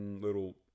little